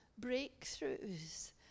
breakthroughs